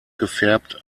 gefärbt